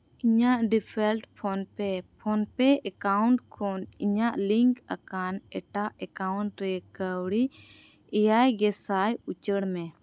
ᱤᱧᱟᱹᱜ default PhonePe PhonePe account ᱠᱷᱚᱱ ᱤᱧᱟᱹᱜ ᱞᱤᱝᱠ ᱟᱠᱟᱱ ᱮᱴᱟᱜ ᱮᱠᱟᱣᱩᱱᱴ ᱨᱮ ᱠᱟᱹᱣᱰᱤ ᱮᱭᱟᱭ ᱜᱮ ᱥᱟᱭ ᱩᱪᱟᱹᱲ ᱢᱮ